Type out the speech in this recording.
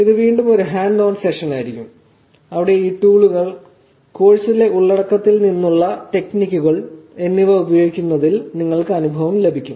ഇത് വീണ്ടും ഒരു ഹാൻഡ് ഓൺ സെഷനായിരിക്കും അവിടെ ഈ ടൂളുകൾ കോഴ്സിലെ ഉള്ളടക്കത്തിൽ നിന്നുള്ള ടെക്നിക്കുകൾ എന്നിവ ഉപയോഗിക്കുന്നതിൽ നിങ്ങൾക്ക് അനുഭവം ലഭിക്കും